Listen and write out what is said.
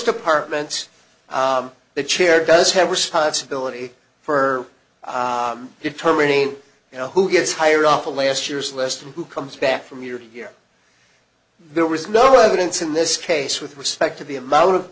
departments the chair does have responsibility for determining you know who gets hired off a last year's list and who comes back from year to year there was no evidence in this case with respect to the amount of